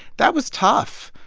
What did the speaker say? that was tough.